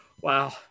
Wow